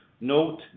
Note